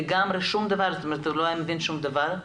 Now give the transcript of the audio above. לגמרי, זאת אומרת הוא לא הבין שום דבר,